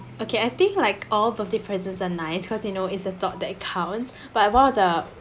okay I think like all birthday presents are nice because you know it's the thought that counts but one of the